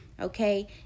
okay